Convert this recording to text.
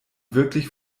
wirklich